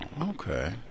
Okay